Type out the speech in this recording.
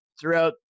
throughout